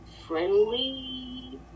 friendly